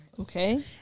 Okay